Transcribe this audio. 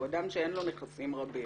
הוא אדם שאין לו נכסים רבים,